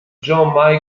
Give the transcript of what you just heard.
john